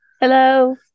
hello